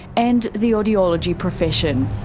and the audiology profession.